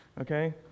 okay